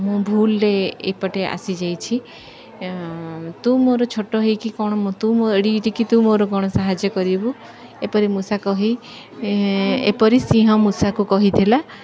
ମୁଁ ଭୁଲରେ ଏପଟେ ଆସିଯାଇଛି ତୁ ମୋର ଛୋଟ ହେଇକି କ'ଣ ତୁ ଏଡ଼ିକି ଟିକେ ତୁ ମୋର କ'ଣ ସାହାଯ୍ୟ କରିବୁ ଏପରି ମୂଷା କହି ଏପରି ସିଂହ ମୂଷାକୁ କହିଥିଲା